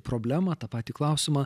problemą tą patį klausimą